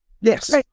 yes